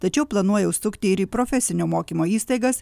tačiau planuoja užsukti ir į profesinio mokymo įstaigas